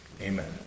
Amen